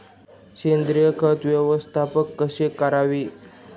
सेंद्रिय खत व्यवस्थापन कसे करावे?